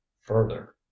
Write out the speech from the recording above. further